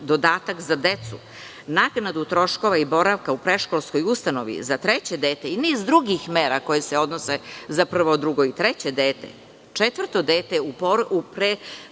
dodatak za decu, naknada troškova i boravka u predškolskoj ustanovi za treće dete, i niz drugih mera koje se odnose na prvo, drugo i treće dete, četvrto dete u predelima